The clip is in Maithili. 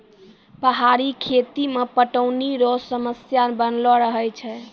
पहाड़ी खेती मे पटौनी रो समस्या बनलो रहै छै